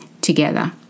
together